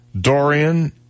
Dorian